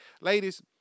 ladies